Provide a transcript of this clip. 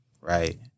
Right